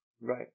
Right